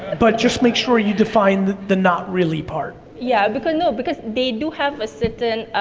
but just make sure you define the the not really part. yeah, because, no, because they do have a certain,